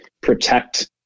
protect